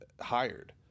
hired